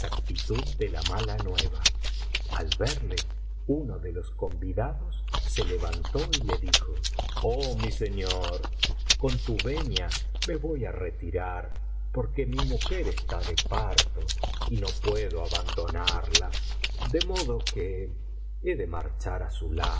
de la mala nueva al verle uno de los convidados se levantó y le dijo oh mi señor con tu venia me voy á retirar porque mi mujer está e parto y no puedo abandonarla de modo que he de marchar á su